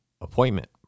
appointment